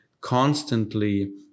constantly